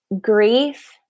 grief